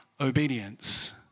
obedience